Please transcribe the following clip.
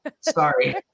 sorry